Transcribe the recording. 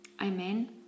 Amen